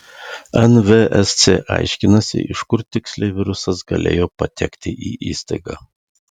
nvsc aiškinasi iš kur tiksliai virusas galėjo patekti į įstaigą